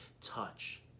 touch